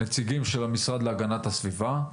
נציגים של המשרד להגנת הסביבה,